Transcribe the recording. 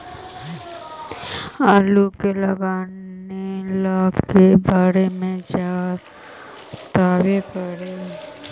आलू के लगाने ल के बारे जोताबे पड़तै?